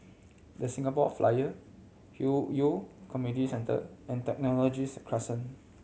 The Singapore Flyer Hwi Yoh Community Centre and Technologies Crescent